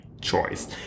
choice